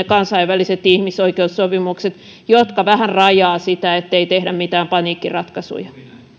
kansainväliset ihmisoikeussopimukset jotka vähän rajaavat sitä ettei tehdä mitään paniikkiratkaisuja